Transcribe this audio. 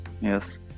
yes